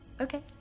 Okay